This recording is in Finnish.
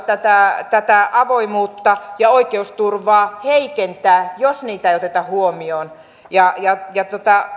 tätä tätä avoimuutta ja oikeusturvaa heikentää jos niitä ei oteta huomioon